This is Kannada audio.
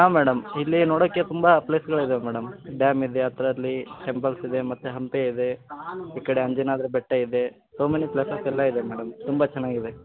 ಹಾಂ ಮೇಡಮ್ ಇಲ್ಲಿ ನೋಡೋಕೆ ತುಂಬ ಪ್ಲೇಸ್ಗಳಿದ್ದಾವೆ ಮೇಡಮ್ ಡ್ಯಾಮ್ ಇದೆ ಹತ್ತಿರದಲ್ಲಿ ಟೆಂಪಲ್ಸ್ ಇದೆ ಮತ್ತೆ ಹಂಪಿ ಇದೆ ಈ ಕಡೆ ಅಂಜನಾದ್ರಿ ಬೆಟ್ಟ ಇದೆ ಸೊ ಮೆನಿ ಪ್ಲೇಸಸ್ ಎಲ್ಲ ಇದೆ ಮೇಡಮ್ ತುಂಬ ಚೆನ್ನಾಗಿದೆ